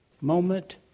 moment